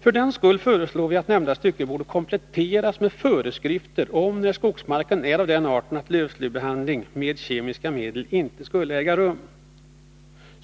För den skull föreslår vi att nämnda stycke kompletteras med föreskrifter om när skogsmarken är av den arten att lövslybehandling med kemiska medel inte skulle äga rum.